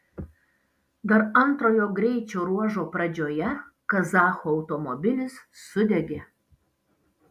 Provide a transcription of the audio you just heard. dar antrojo greičio ruožo pradžioje kazachų automobilis sudegė